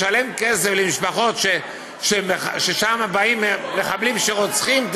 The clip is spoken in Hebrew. לשלם כסף למשפחות שמשם באים מחבלים שרוצחים,